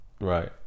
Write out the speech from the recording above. Right